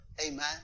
Amen